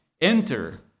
enter